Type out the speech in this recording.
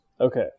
Okay